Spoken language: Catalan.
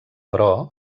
però